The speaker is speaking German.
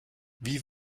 wie